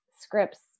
scripts